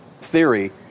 theory